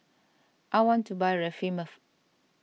I want to buy Remifemin